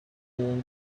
all